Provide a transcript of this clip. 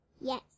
Yes